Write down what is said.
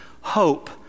hope